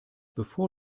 bevor